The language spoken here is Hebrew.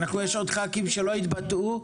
יש עוד ח"כים שלא התבטאו,